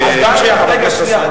רק שנייה,